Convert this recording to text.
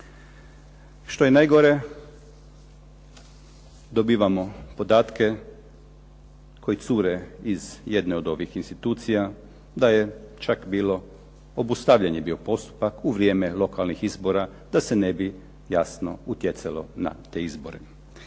Što je najgore, dobivamo podatke koje cure iz jedne od ovih institucija, da je čak bio obustavljen postupak u vrijeme lokalnih izbora, da se ne bi jasno utjecalo na te izbore.